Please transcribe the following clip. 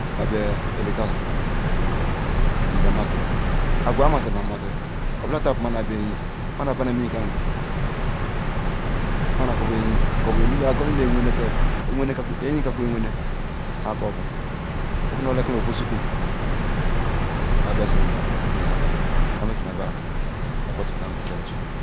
Mben belakasi ham be maga mbemasi akwa masina massi obola tan mannal bo eyin mannal banam eyi ka nquam kobonu ako bo nu lala wene eyin ka kwu menal eyin tea kakwu wene kobo ham bol oboru like lam obo sokum mabi so rum ba maker oboche tan bol church.